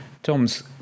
Tom's